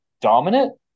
dominant